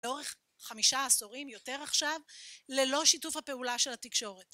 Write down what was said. לאורך חמישה עשורים, יותר עכשיו, ללא שיתוף הפעולה של התקשורת.